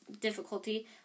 difficulty